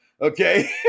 Okay